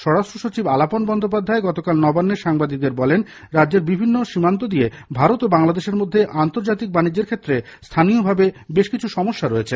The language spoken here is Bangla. স্বরাষ্ট্র সচিব আলাপন বন্দ্যোপাধ্যায় গতকাল নবান্নে সাংবাদিকদের বলেন রাজ্যের বিভিন্ন সীমান্ত দিয়ে ভারত ও বাংলাদেশের মধ্যে আন্তর্জাতিক বাণিজ্যের ক্ষেত্রে স্থানীয়ভাবে বেশ কিছু সমস্যা রয়েছে